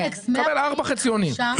נקבל ארבעה חציונים.